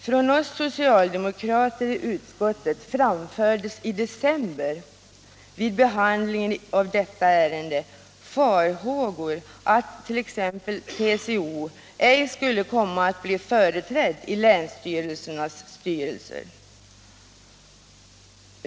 Från oss socialdemokrater i utskottet framfördes i december vid behandlingen av detta ärende farhågor för att t.ex. TCO ej skulle komma att bli företrädd i länsstyrelsernas styrelser.